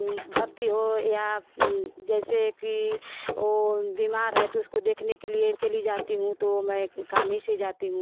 भर्ती हो या जैसे कि वो बिमार है तो उसको देखने के लिये चली जाती हूँ तो मैं काम ही से जाती हूँ